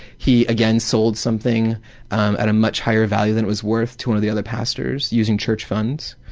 he again sold something um at a much higher value than it was worth, to and the other pastors, using church funds.